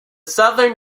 southern